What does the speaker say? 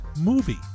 movie